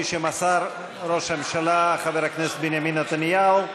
כפי שמסר ראש הממשלה חבר הכנסת בנימין נתניהו.